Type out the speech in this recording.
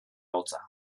hotza